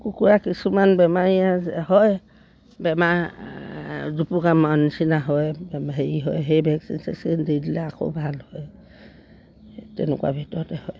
কুকুৰা কিছুমান বেমাৰী হয় বেমাৰ জুপুকা মৰা নিচিনা হয় হেৰি হয় সেই ভেকচিন চেকচিন দি দিলে আকৌ ভাল হয় তেনেকুৱা ভিতৰতে হয়